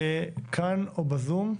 כאן או בזום,